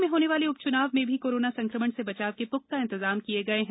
राज्य में होने वाले उपच्नाव में भी कोरोना संकमण से बचाव के पुख्ता इंतजाम किये गये हैं